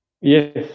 Yes